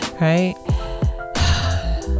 Right